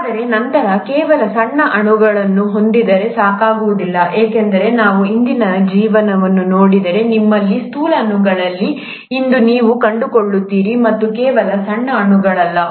ಆದರೆ ನಂತರ ಕೇವಲ ಸಣ್ಣ ಅಣುಗಳನ್ನು ಹೊಂದಿದ್ದರೆ ಸಾಕಾಗುವುದಿಲ್ಲ ಏಕೆಂದರೆ ನಾವು ಇಂದಿನ ಜೀವನವನ್ನು ನೋಡಿದರೆ ನಿಮ್ಮಲ್ಲಿ ಸ್ಥೂಲ ಅಣುಗಳಿವೆ ಎಂದು ನೀವು ಕಂಡುಕೊಳ್ಳುತ್ತೀರಿ ಮತ್ತು ಕೇವಲ ಸಣ್ಣ ಅಣುಗಳಲ್ಲ